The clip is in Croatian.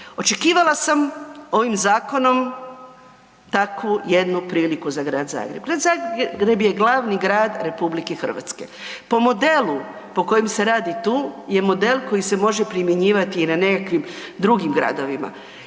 Očekivala sam ovim zakonom takvu jednu priliku za Grad Zagreb. Grad Zagreb je glavni grad RH, po modelu po kojem se radi tu je model koji se može primjenjivati i na nekakvim drugim gradovima.